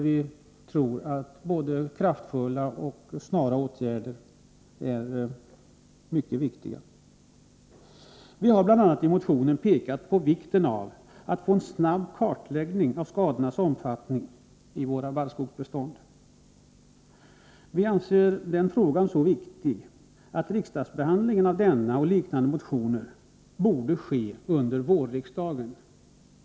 Vi tror att både kraftfulla och snara åtgärder är mycket viktiga. I motionen pekar vi bl.a. på vikten av en snabb kartläggning av skadornas omfattning i våra barrskogsbestånd. Vi anser att den frågan är så betydelsefull att riksdagens behandling av denna motion och liknande motioner borde ske under vårriksdagen.